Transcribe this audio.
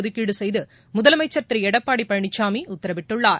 ஒதுக்கீடு செய்து முதலமைச்சர் திரு எடப்பாடி பழனிசாமி உத்தரவிட்டுள்ளார்